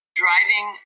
driving